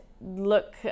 look